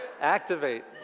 activate